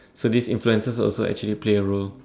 so these influencers also actually play a role